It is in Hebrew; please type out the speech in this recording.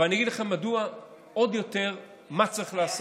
היה שר אחר.